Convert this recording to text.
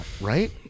right